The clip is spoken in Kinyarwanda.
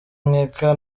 nkeka